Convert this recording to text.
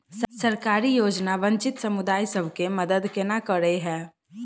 सरकारी योजना वंचित समुदाय सब केँ मदद केना करे है?